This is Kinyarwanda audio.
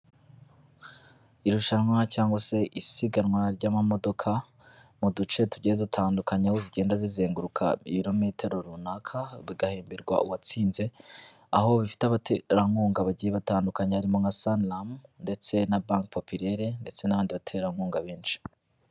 Irushanwa cyangwa se isiganwa ry'amamodoka, mu duce tugiye dutandukanye aho zigenda zizenguruka ibirometero runaka, bagahemberwa uwatsinze, aho bifite abaterankunga bagiye batandukanye harimo nka Sanilam ndetse na Banki Populaire ndetse n'abandi baterankunga benshi.